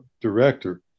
director